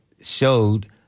showed